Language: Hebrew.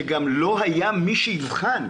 שלא היה מי שיבחן.